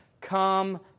come